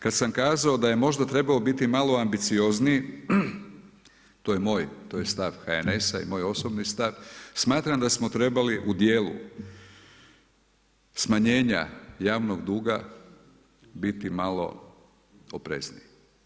Kad sam kazao da je možda trebao biti malo ambiciozniji, to je moj, to je stav HNS-a i moj osobni stav, smatram da smo trebali u dijelu smanjenja javnog duga biti malo oprezniji.